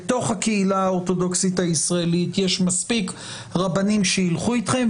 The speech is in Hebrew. בתוך הקהילה האורתודוקסית הישראלית יש מספיק רבנים שילכו אתכם,